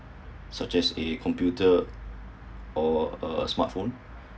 such as a computer or a a smartphone